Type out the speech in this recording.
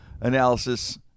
analysis